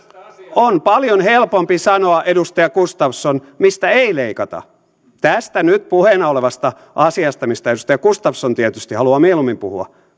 on paljon helpompi sanoa edustaja gustafsson mistä ei leikata tästä nyt puheena olevasta asiasta mistä edustaja gustafsson tietysti haluaa mieluummin puhua